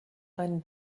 einen